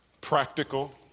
practical